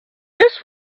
this